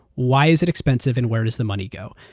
why is it expensive and where does the money go?